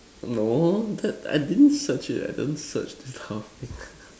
no that I didn't search it I don't search this kind of thing